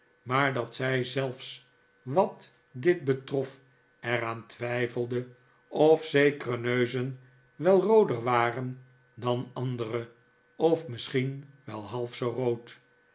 maar dat zij zelfs wat dit betrof er aan twijfelde of zekere neuzen wel rooder waren dan andere of misschien wel half zoo rood